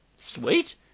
sweet